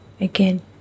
again